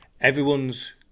everyone's